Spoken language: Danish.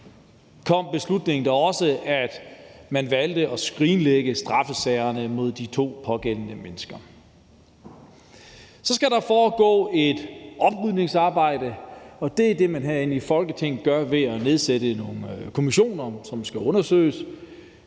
blev beslutningen da også, at man valgte at skrinlægge straffesagerne mod de to pågældende mennesker. Så skal der foregå et oprydningsarbejde, og det er det, man herinde i Folketinget gør ved at nedsætte nogle kommissioner, som skal undersøge